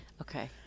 Okay